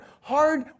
Hard